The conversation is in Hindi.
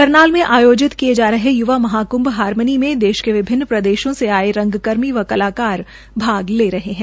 करनाल में आयोजित किये जा रहे य्वा महाकृंभ हारमोनी में देश के विभिन्न प्रदेशों से आये रंगकर्मी व कलाकार भाग ले रहे है